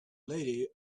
lady